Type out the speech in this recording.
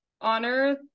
honor